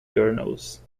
journals